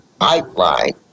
pipeline